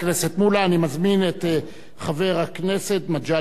אני מזמין את חבר הכנסת מגלי והבה,